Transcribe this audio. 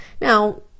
Now